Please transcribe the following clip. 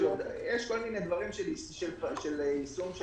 יש כל מיני דברים של יישום של